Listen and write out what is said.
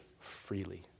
freely